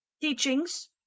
teachings